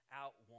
out